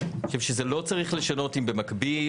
אני חושב שלא צריך לשנות אם במקביל,